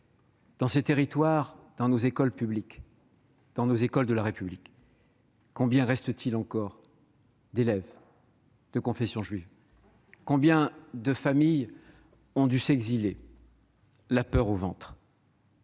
Dans ces territoires, dans nos écoles publiques, nos écoles de la République, combien reste-t-il d'élèves de confession juive ? Combien de familles ont dû s'exiler, la peur au ventre ?